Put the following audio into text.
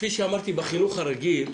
כפי שאמרתי בחינוך הרגיל,